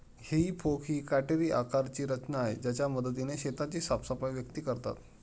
हेई फोक ही काटेरी आकाराची रचना आहे ज्याच्या मदतीने शेताची साफसफाई व्यक्ती करतात